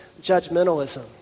judgmentalism